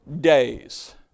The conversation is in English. days